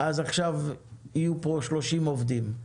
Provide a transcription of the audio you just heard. עכשיו יהיו פה 30 עובדים.